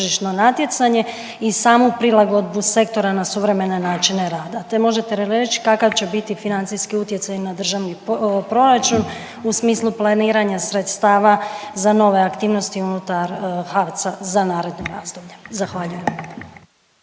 tržišno natjecanje i samu prilagodbu sektora na suvremene načine rada, te možete li reći kakav će biti financijski utjecaj na državni proračun u smislu planiranja sredstava za nove aktivnosti unutar HAVC-a za naredno razdoblje? Zahvaljujem.